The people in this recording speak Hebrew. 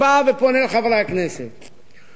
בואו נכין תוכנית משותפת